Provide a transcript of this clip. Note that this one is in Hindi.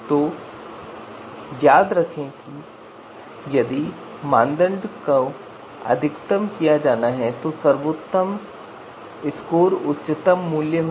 तो याद रखें कि यदि मानदंड को अधिकतम किया जाना है तो सर्वोत्तम स्कोर उच्चतम मूल्य होगा